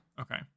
Okay